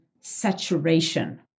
saturation